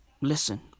listen